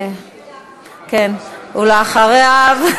אחריו,